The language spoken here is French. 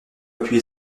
appuyer